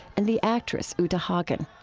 and the actress uta hagen.